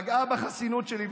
פגעה בחסינות שלי,